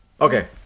Okay